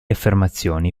affermazioni